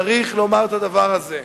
צריך לומר את הדבר הזה.